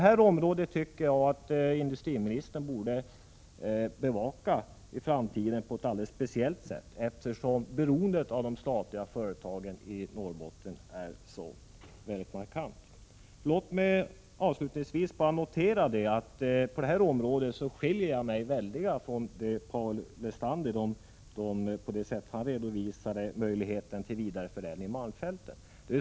Jag tycker att industriministern i framtiden borde bevaka detta område på ett alldeles speciellt sätt, eftersom beroendet av de statliga företagen i Norrbotten är så väldigt markant. Låt mig avslutningsvis bara säga att jag i detta sammanhang skiljer mig väldeliga från Paul Lestander. Jag tänker då på det sätt på vilket han redovisade möjligheterna till en vidareförädling i malmfälten.